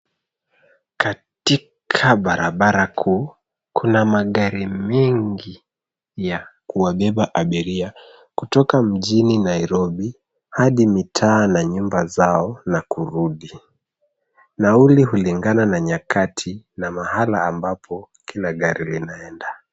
Katika barabara kuu kuna magari mengi ya kuwabeba abiria kutoka mjini Nairobi hadi mitaa na nyumba zao na kurudi. Nauli hulingana na nyakati na mahala ambapo kila gari linaenda.